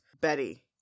Betty